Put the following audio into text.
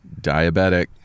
diabetic